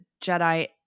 Jedi